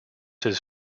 his